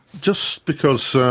just because, so